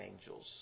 angels